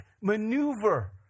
maneuver